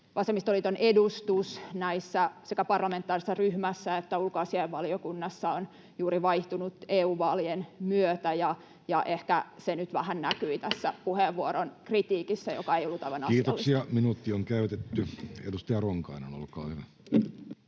vasemmistoliiton edustus näissä, sekä parlamentaarisessa ryhmässä että ulkoasiainvaliokunnassa, on juuri vaihtunut EU-vaalien myötä, ja ehkä se nyt vähän näkyi tässä puheenvuoron kritiikissä, joka ei ollut aivan asiallista. [Speech 26] Speaker: Jussi Halla-aho